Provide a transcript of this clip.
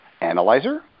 Analyzer